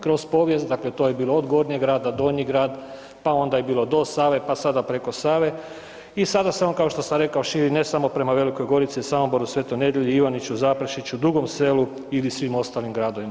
Kroz povijest to je bilo od Gornjeg grada, Donji grad pa onda je bilo do Save pa sada preko Save i sada se on kao što sam rekao širi ne samo prema Velikoj Gorici, Samoboru, Svetoj Nedelji, Ivaniću, Zaprešiću, Dugom Selu ili svim ostalim gradovima.